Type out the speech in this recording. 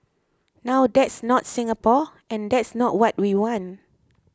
now that's not Singapore and that's not what we want